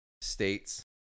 states